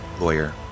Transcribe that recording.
lawyer